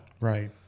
Right